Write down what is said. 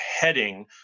heading